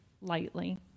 lightly